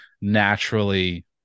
naturally